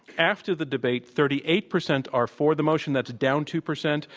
after the debate, thirty eight percent are for the motion, that's down two percent.